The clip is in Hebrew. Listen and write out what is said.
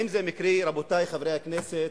האם זה מקרי, רבותי חברי הכנסת,